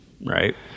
Right